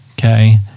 okay